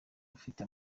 ufite